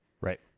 Right